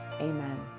amen